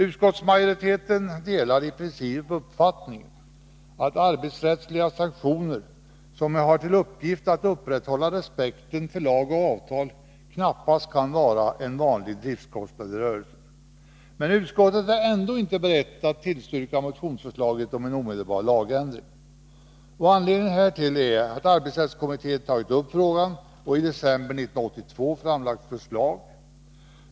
Utskottsmajoriteten delar i princip uppfattningen att arbetsrättsliga sanktioner, som ju har till uppgift att upprätthålla respekten för lag och avtal, knappast kan vara en vanlig driftkostnad i rörelsen. Utskottet är ändå inte berett att tillstyrka motionsförslaget om omedelbar lagändring. Anledningen härtill är att arbetsrättskommittén har tagit upp frågan och i december 1982 framlagt förslag till lösning.